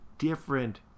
Different